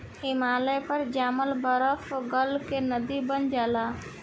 हिमालय पर जामल बरफवे गल के नदी बन जाला